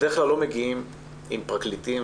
בדרך כלל לא מגיעים עם פרקליטים